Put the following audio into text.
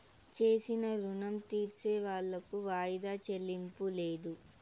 చేసిన రుణం తీర్సేవాళ్లకు వాయిదా చెల్లింపు లేదు